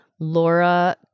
Laura